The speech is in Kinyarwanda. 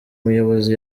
muyobozi